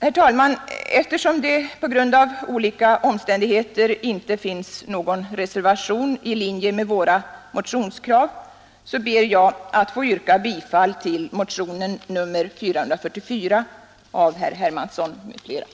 Herr talman! finns någon reservation i linje med våra motionskrav, ber jag att få yrka tersom det på grund av olika omständigheter inte